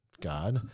God